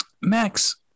Max